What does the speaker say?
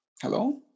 Hello